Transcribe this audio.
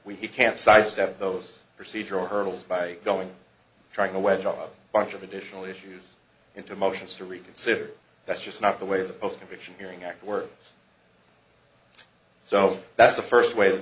we can't sidestep those procedural hurdles by going trying to wedge our bunch of additional issues into motions to reconsider that's just not the way the post conviction hearing act works so that's the first way the